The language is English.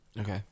Okay